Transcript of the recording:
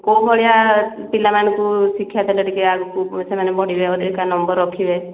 କୋଉ ଭଳିଆ ପିଲାମାନଙ୍କୁ ଶିକ୍ଷା ଦେଲେ ଟିକିଏ ଆଗକୁ ସେମାନେ ବଢ଼ିବେ ଅଧିକା ନମ୍ବର୍ ରଖିବେ